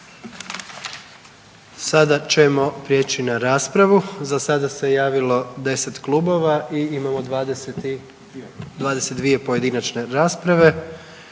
Sada ćemo prijeći na raspravu. Za sada se javilo 10 Klubova i imamo 22 pojedinačne rasprave.